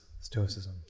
Stoicism